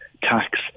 tax